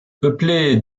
peuplé